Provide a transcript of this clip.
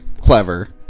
clever